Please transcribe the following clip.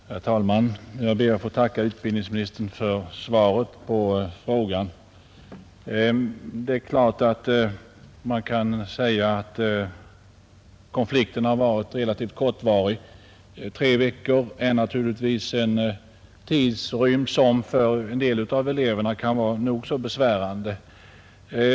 Herr talman! Jag ber att få tacka utbildningsministern för svaret på frågan. Man kan naturligtvis säga att konflikten har varit relativt kortvarig, men tre veckor är en tidrymd som för en del av eleverna kan vara nog så besvärande.